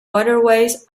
waterways